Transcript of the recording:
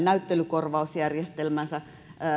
näyttelykorvausjärjestelmässä